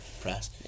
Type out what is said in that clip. press